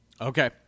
Okay